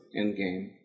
Endgame